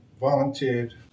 volunteered